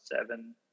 seven